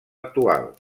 actual